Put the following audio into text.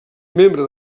membre